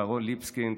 אהרון ליבסקינד,